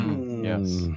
Yes